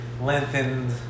lengthened